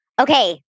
Okay